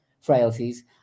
frailties